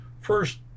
First